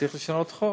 שצריך לשנות את החוק.